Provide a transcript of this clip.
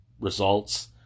results